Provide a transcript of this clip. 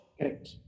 Correct